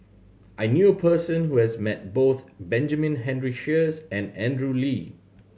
I knew a person who has met both Benjamin Henry Sheares and Andrew Lee